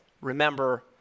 Remember